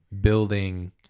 building